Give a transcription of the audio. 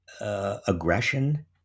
Aggression